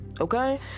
okay